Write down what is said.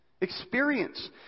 experience